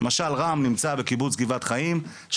למשל רם נמצא בקיבוץ גבעת חיים איחוד,